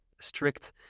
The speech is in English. strict